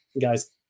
guys